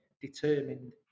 determined